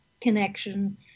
connection